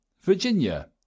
Virginia